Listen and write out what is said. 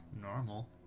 normal